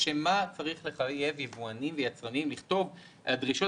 לשם מה צריך לחייב יבואנים ויצרנים לכתוב "הדרישות